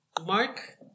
Mark